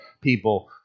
people